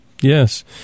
yes